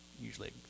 usually